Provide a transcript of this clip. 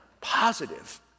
positive